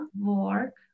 work